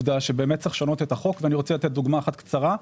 צריך לשנות את החוק ואני אתן דוגמה קצרה.